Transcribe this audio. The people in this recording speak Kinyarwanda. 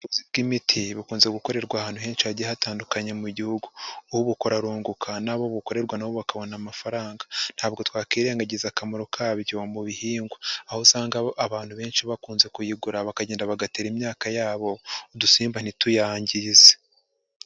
Ubucuruzi bw'imiti bukunze gukorerwa ahantu henshi hagiye hatandukanye mu gihugu, ubukora arunguka, nabo bukorerwa nabo bakabona amafaranga, ntabwo twakirengagiza akamaro kabyo mu bihingwa, aho usanga abantu benshi bakunze kuyigura bakagenda bagatera imyaka yabo udusimba ntituyangize.